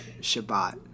Shabbat